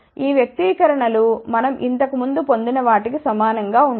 ఈ వ్యక్తీకరణ లు మనం ఇంతకుముందు పొందిన వాటికి సమానం గా ఉంటాయి